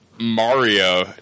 Mario